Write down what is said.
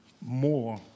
more